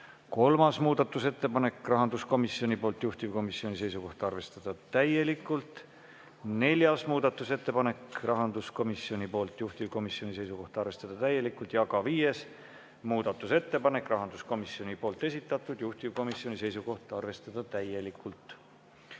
Kolmas muudatusettepanek rahanduskomisjonilt, juhtivkomisjoni seisukoht on arvestada täielikult. Neljas muudatusettepanek rahanduskomisjonilt, juhtivkomisjoni seisukoht on arvestada täielikult. Ja ka viies muudatusettepanek on rahanduskomisjoni esitatud, juhtivkomisjoni seisukoht on arvestada täielikult.